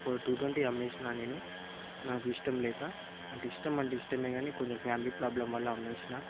ఇప్పుడు two twenty అమ్మేసిన నేను నాకు ఇష్టం లేక అంటే ఇష్టం అంటే ఇష్టమే కానీ కొంచెం ఫ్యామిలీ ప్రాబ్లం వల్ల అమ్మేసిన